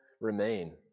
remain